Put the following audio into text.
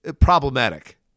problematic